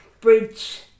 bridge